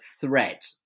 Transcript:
threat